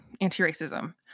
anti-racism